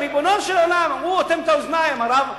ריבונו של עולם, הוא אוטם את האוזניים, הרב.